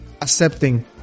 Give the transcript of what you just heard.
accepting